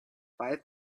five